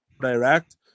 direct